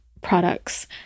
products